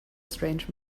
strange